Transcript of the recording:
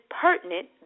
pertinent